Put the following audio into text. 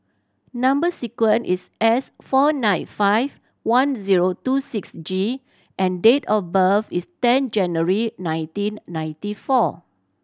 number sequence is S four nine five one zero two six G and date of birth is ten January nineteen ninety four